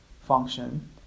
function